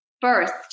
first